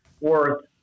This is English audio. worth